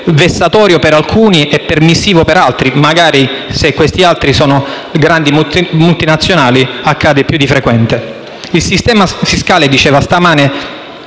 vessatorio per alcuni e permissivo per altri; e, se quest'ultimi sono grandi multinazionali, ciò accade più di frequente. Il sistema fiscale - diceva stamane